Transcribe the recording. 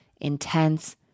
intense